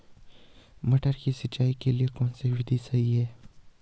मटर की सिंचाई के लिए कौन सी विधि सही है?